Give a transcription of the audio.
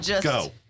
Go